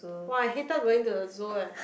!woah! I hated going to the Zoo leh